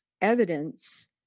evidence